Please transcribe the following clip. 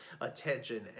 attention